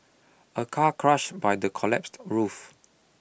a car crushed by the collapsed roof